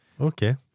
Okay